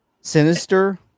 sinister